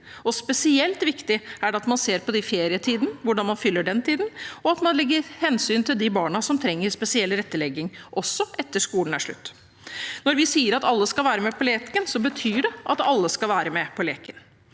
Spesielt viktig er det at man ser på hvordan man fyller ferietiden, og at man tar hensyn til de barna som trenger spesiell tilrettelegging – også etter at skolen er slutt. Når vi sier at alle skal få være med på leken, betyr det at alle skal være med på leken.